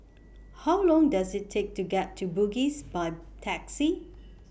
How Long Does IT Take to get to Bugis By Taxi